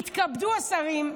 יתכבדו השרים,